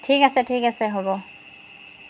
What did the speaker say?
ঠিক আছে ঠিক আছে হ'ব